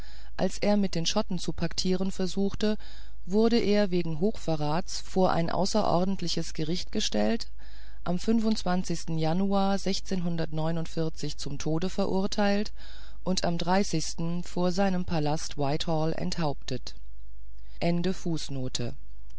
als er mit den schotten zu paktieren suchte wurde er wegen hochverrats vor ein außerordentliches gericht gestellt am januar zum tode verurteilt und am vor seinem palast whitehall enthauptet